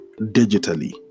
digitally